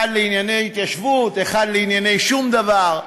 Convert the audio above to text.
אחד לענייני התיישבות ואחד לענייני שום דבר.